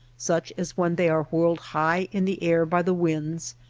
such as when they are whirled high in the air by the winds,